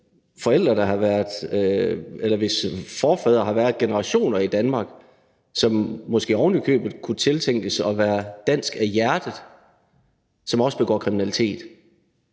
forældre, hvis forfædre har været generationer i Danmark, og som måske ovenikøbet kunne tiltros at være dansk af hjertet, som også begår kriminalitet.